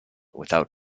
without